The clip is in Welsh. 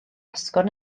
esgyrn